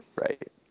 Right